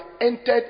entered